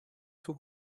tout